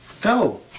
go